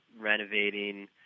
renovating